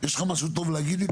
יש לך משהו טוב להגיד לי,